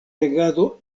regado